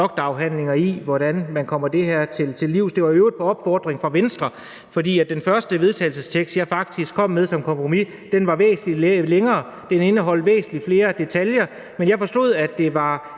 doktorafhandlinger om, hvordan man kommer det her til livs. Det var i øvrigt på opfordring fra Venstre, for det første forslag til vedtagelse, jeg kom med som kompromis, var faktisk væsentlig længere og indeholdt væsentlig flere detaljer, men jeg forstod, at Venstre